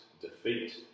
defeat